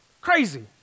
Crazy